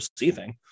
receiving